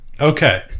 Okay